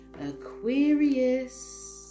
Aquarius